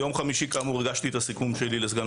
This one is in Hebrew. ביום חמישי הגשתי את הסיכום שלי לסגן